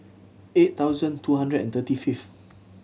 eight thousand two hundred and thirty fifth